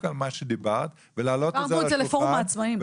על מה שדיברת ולהעלות את זה לשולחן,